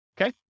Okay